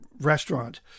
restaurant